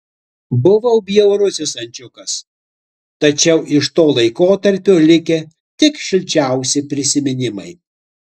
buvau bjaurusis ančiukas tačiau iš to laikotarpio likę tik šilčiausi prisiminimai